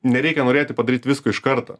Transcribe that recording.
nereikia norėti padaryt visko iš karto